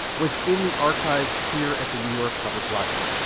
was in the archives here at the new york public library.